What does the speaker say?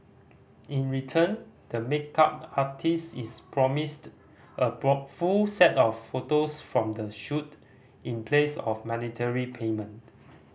in return the makeup artist is promised a full set of photos from the shoot in place of monetary payment